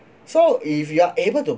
so if you are able to